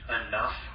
enough